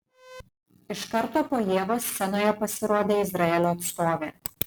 iš karto po ievos scenoje pasirodė izraelio atstovė